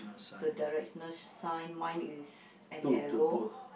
the directional sign mine is an arrow